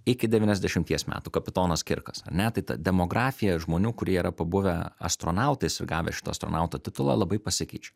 iki devyniasdešimies metų kapitonas kirkas ar ne tai ta demografija žmonių kurie yra pabuvę astronautais gavę šito astronauto titulą labai pasikeičia